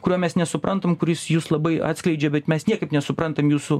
kurio mes nesuprantam kuris jus labai atskleidžia bet mes niekaip nesuprantam jūsų